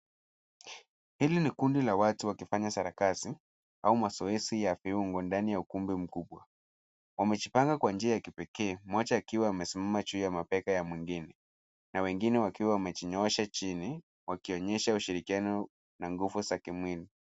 Ili ni kundi la watu wakifanya sarakasi au mazoezi ya viungo ndani ya ukumbi mkubwa wamejipanga kwa njia ya kipekee, mmoja akiwa amesimama juu ya mabega ya mwingine na wengine wakiwa wamejinyoosha chini wakionyesha ushirikiano na nguvu za kimwili.